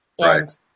Right